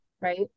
right